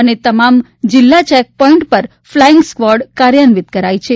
અને તમામ જિલ્લા ચેકપોઇન્ટ પર ફ્લાઇંગ સ્કવોડ કાર્યાન્વિત કરાઈ છે